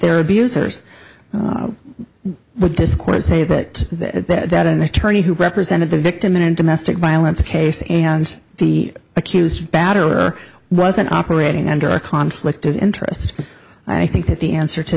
their abusers with this court to say that that an attorney who represented the victim in a domestic violence case and the accused batterer wasn't operating under a conflict of interest i think that the answer to